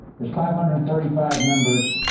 there's five hundred and thirty five members.